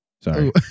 Sorry